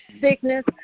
sickness